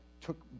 took